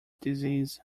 disease